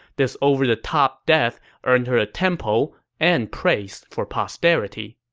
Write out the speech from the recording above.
this over-the-top death earned her a temple and praise for posterity